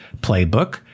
playbook